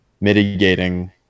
mitigating